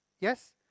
Yes